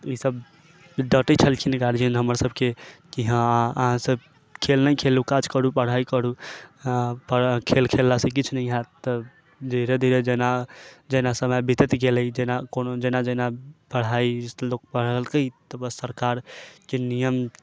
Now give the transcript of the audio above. ई सब डाँटै छलखिन गार्जियन हमरसबके की हँ अहाँसब खेल नहि खेलू काज करू पढ़ाई करू पर खेल खेललासँ किछु नहि हैत धीरे धीरे जेना जेना समय बीतैत गेलै तेना कोनो जेना जेना पढ़ाई लोक पढ़लकै तऽ बस सरकारके नियम